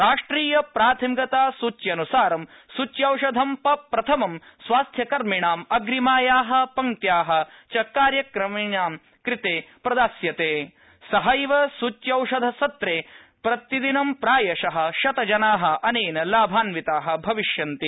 राष्ट्रिय प्राथमिकता सूच्यन्सार सूच्यौषधि पप्रथमं स्वास्थ्यकर्मिणां अग्रिमाया पंक्त्या कर्मचारिणां कृत प्रदास्यता सेहैव सूच्यौषध सत्रप्रतिदिनं प्रायश शत जना अन्त िलाभान्विता भविष्यन्ति